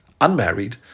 unmarried